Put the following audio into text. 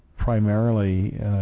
primarily